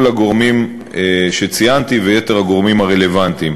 הגורמים שציינתי ועם יתר הגורמים הרלוונטיים.